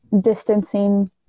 distancing